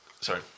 Sorry